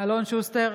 אלון שוסטר,